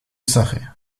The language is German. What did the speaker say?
sache